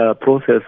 process